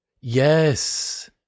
Yes